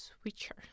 switcher